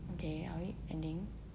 okay are we ending